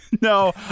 No